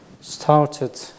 started